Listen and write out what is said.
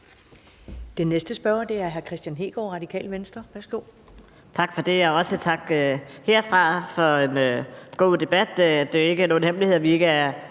Den næste spørger er hr. Kristian Hegaard, Radikale Venstre.